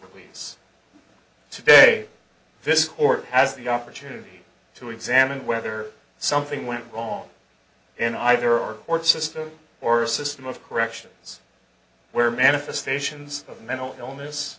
release today this court has the opportunity to examine whether something went wrong in either or system or system of corrections where manifestations of mental illness